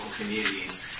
communities